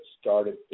started